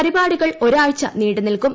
പരിപാടികൾ ഒരാഴ്ച നീണ്ടു നിൽക്കും